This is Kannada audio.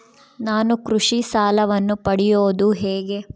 ನಾನು ಕೃಷಿ ಸಾಲವನ್ನು ಪಡೆಯೋದು ಹೇಗೆ?